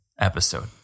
episode